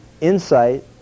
insight